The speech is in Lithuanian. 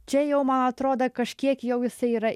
čia jau man atrodo kažkiek jau jisai yra